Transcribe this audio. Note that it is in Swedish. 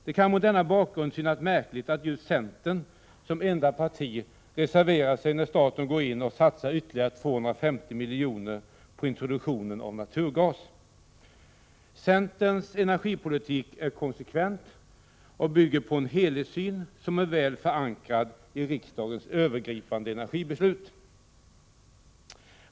Det kan mot denna bakgrund synas märkligt att centern som enda parti reserverar sig när staten nu går in och satsar ytterligare 250 miljoner på introduktionen av naturgas. Centerns energipolitik är konsekvent och bygger på en helhetssyn som är väl förankrad i riksdagens övergripande energibeslut.